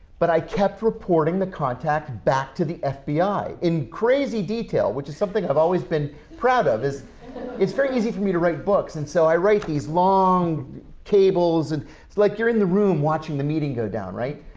but i kept reporting the contact back to the fbi, in crazy detail, which is something i've always been proud of. is it's very easy for me to write books. and so i write these long cables, and it's like you're in the room watching the meeting go down, right?